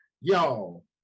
y'all